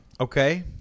Okay